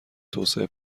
توسعه